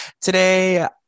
today